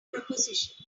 proposition